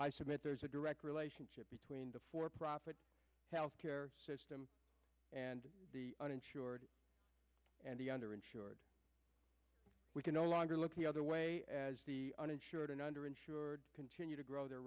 i submit there's a direct relationship between the for profit health care system and the uninsured and the under insured we can no longer look the other way as the uninsured and under insured continue to grow the